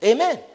Amen